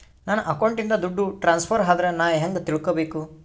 ನನ್ನ ಅಕೌಂಟಿಂದ ದುಡ್ಡು ಟ್ರಾನ್ಸ್ಫರ್ ಆದ್ರ ನಾನು ಹೆಂಗ ತಿಳಕಬೇಕು?